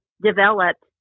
developed